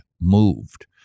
moved